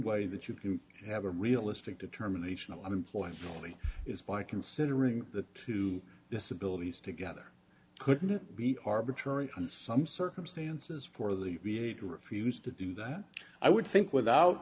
that you can have a realistic determination of employee is by considering the two disabilities together couldn't it be arbitrary on some circumstances for the v a to refuse to do that i would think without